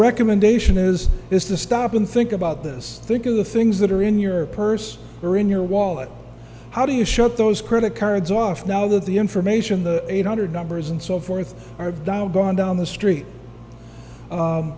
recommendation is is to stop and think about this think of the things that are in your purse or in your wallet how do you shut those credit cards off now that the information the eight hundred numbers and so forth are dialed gone down the street